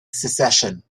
secession